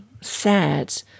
sad